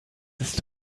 ist